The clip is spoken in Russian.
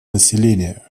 населения